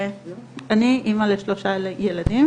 אני אמא לשלושה ילדים,